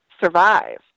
survive